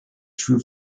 true